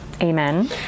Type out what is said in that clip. Amen